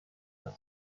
دارم